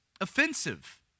offensive